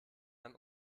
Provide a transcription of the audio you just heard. dann